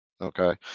okay